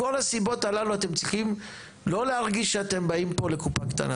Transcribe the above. מכל הסיבות הללו אתם צריכים לא להרגיש שאתם באים פה לקופה קטנה,